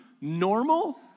Normal